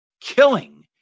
killing